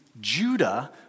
Judah